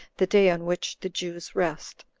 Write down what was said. the day on which the jews rest.